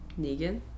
Negan